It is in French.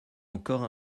encore